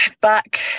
back